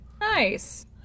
Nice